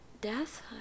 Death